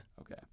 Okay